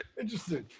Interesting